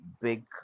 big